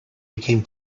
became